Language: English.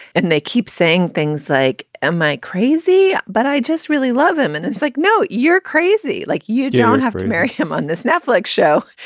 and they keep saying things like, am i crazy? but i just really love him. and it's like, no, you're crazy. like you don't have him marry him. on this netflix show,